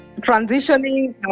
transitioning